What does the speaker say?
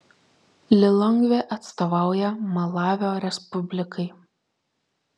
lilongvė atstovauja malavio respublikai